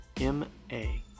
M-A